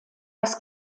das